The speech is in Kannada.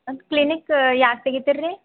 ಮತ್ತು ಕ್ಲಿನಿಕ್ಕ ಯಾವ್ಗ ತೆಗಿತೀರ ರೀ